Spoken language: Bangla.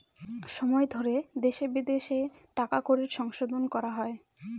সময় ধরে দেশে বিদেশে টাকা কড়ির সংশোধন করা হয়